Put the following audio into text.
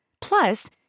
Plus